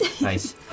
Nice